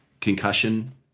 concussion